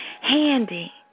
handy